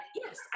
yes